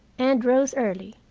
and rose early,